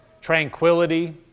tranquility